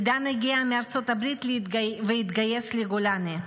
עידן הגיע מארצות הברית והתגייס לגולני,